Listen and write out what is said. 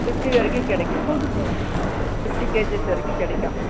fifty வரைக்கும் கிடைக்குங்க fifty KGs வரைக்கும் கிடைக்கும்